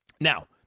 Now